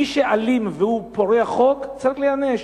מי שאלים והוא פורע חוק צריך להיענש.